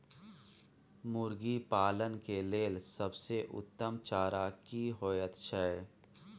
मुर्गी पालन के लेल सबसे उत्तम चारा की होयत छै?